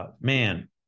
Man